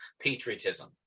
patriotism